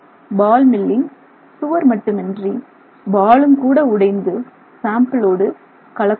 பால் மில்லின் சுவர் மட்டுமின்றி பாலும் கூட உடைந்து சாம்பிளோடு கலக்கக் கூடும்